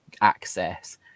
access